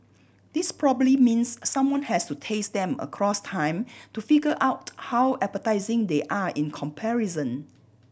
this probably means someone has to taste them across time to figure out how appetising they are in comparison